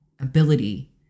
ability